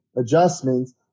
adjustments